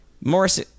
Morris